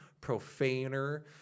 profaner